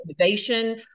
innovation